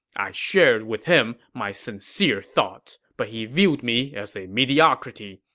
i shared with him my sincere thoughts, but he viewed me as a mediocrity.